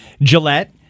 Gillette